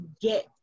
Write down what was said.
get